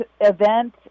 event